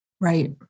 Right